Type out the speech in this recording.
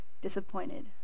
disappointed